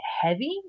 heavy